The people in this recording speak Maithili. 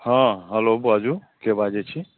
हँ हैलो बाजू के बाजैत छी